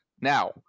Now